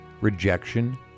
rejection